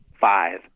five